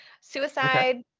suicide